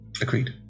Agreed